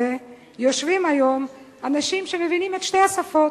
יושבים היום אנשים שמבינים את שתי השפות,